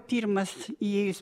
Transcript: pirmas įėjus